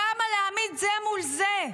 למה להעמיד זה מול זה?